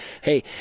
Hey